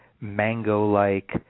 mango-like